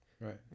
right